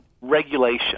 regulation